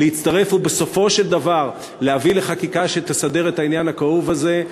להצטרף ובסופו של דבר להביא לחקיקה שתסדר את העניין הכאוב הזה,